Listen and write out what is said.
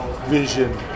vision